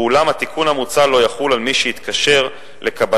ואולם התיקון המוצע לא יחול על מי שהתקשר לקבלת